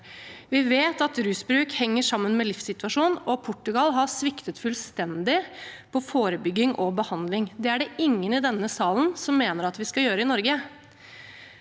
Vi vet at rusbruk henger sammen med livssituasjon, og Portugal har sviktet fullstendig på forebygging og behandling. Det er det ingen i denne salen som mener at vi skal gjøre i Norge.